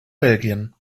belgien